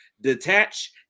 detach